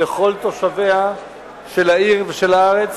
לכל תושביה של העיר ושל הארץ,